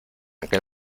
aquel